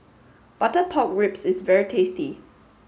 Butter Pork Ribs is very tasty